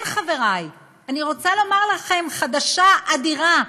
כן, חברי, אני רוצה לומר לכם חדשה אדירה,